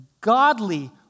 godly